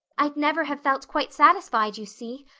i'd never have felt quite satisfied, you see.